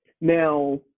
Now